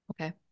Okay